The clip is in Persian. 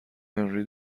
هنری